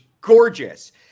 gorgeous